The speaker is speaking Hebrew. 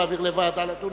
להעביר לוועדה ולדון,